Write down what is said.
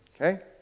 okay